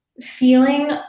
feeling